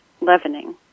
leavening